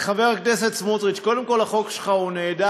חבר הכנסת סמוטריץ, קודם כול, החוק שלך נהדר.